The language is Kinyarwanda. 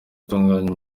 itunganya